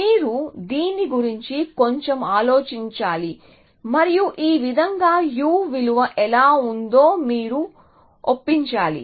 మీరు దీని గురించి కొంచెం ఆలోచించాలి మరియు ఈ విధంగా u విలువ ఎలా ఉందో మీరే ఒప్పించాలి